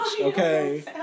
Okay